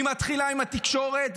היא מתחילה עם התקשורת.